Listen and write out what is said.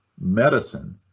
medicine